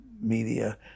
media